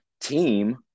team